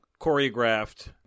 choreographed